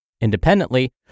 Independently